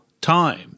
time